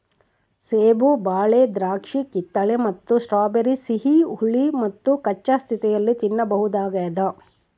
ಸೇಬು ಬಾಳೆ ದ್ರಾಕ್ಷಿಕಿತ್ತಳೆ ಮತ್ತು ಸ್ಟ್ರಾಬೆರಿ ಸಿಹಿ ಹುಳಿ ಮತ್ತುಕಚ್ಚಾ ಸ್ಥಿತಿಯಲ್ಲಿ ತಿನ್ನಬಹುದಾಗ್ಯದ